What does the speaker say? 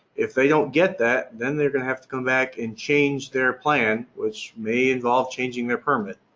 if they don't get that, then they're going to have to come back and change their plan which may involve changing their permit.